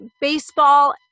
baseball